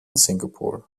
singapore